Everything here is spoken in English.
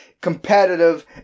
competitive